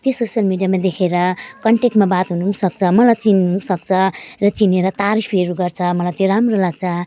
त्यो सोसल मिडियामा देखेर कन्टेकमा बात हुनु पनि सक्छ मलाई चिन्नु पनि सक्छ र चिनेर तारिफहरू गर्छ मलाई त्यो राम्रो लाग्छ